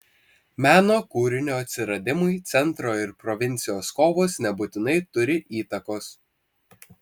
meno kūrinio atsiradimui centro ir provincijos kovos nebūtinai turi įtakos